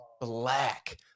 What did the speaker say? black